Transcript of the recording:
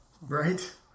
Right